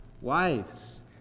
wives